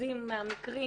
מהמקרים